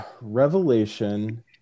Revelation